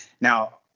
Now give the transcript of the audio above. now